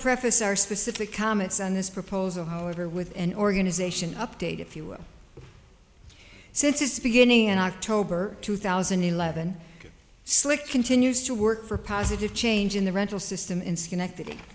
preface our specific comments on this proposal however with an organization update if you will since its beginning in october two thousand and eleven slick continues to work for positive change in the rental system in schenectady